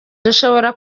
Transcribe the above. dushobora